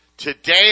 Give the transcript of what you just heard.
Today